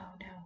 no